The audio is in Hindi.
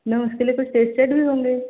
मैम उसके लिए कुछ टेस्टेड भी होंगे